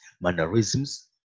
mannerisms